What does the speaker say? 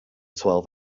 twelve